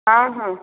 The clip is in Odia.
ହଁ ହଁ